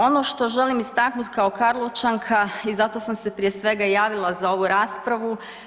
Ono što želim istaknuti kao Karlovčanka i zato sam se prije svega i javila za ovu raspravu.